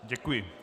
Děkuji.